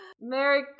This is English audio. Merry